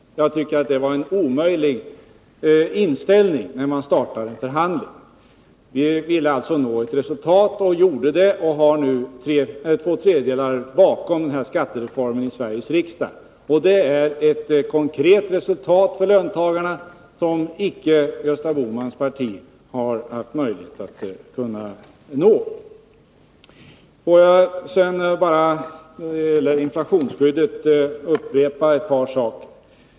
Jag tycker att det är en omöjlig inställning när man startar en förhandling. Vi ville alltså nå ett resultat — och gjorde det, och har nu bakom den här skattereformen två tredjedelar av Sveriges riksdag. Det är ett konkret resultat för löntagarna som icke Gösta Bohmans parti har haft möjlighet att nå. Får jag sedan bara när det gäller inflationsskyddet upprepa ett par saker.